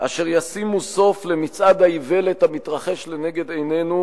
אשר ישימו סוף למצעד האיוולת המתרחש לנגד עינינו,